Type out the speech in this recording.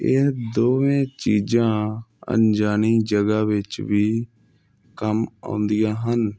ਇਹ ਦੋਵੇਂ ਚੀਜ਼ਾਂ ਅਣਜਾਣੀ ਜਗ੍ਹਾ ਵਿੱਚ ਵੀ ਕੰਮ ਆਉਂਦੀਆਂ ਹਨ